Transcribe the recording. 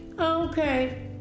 okay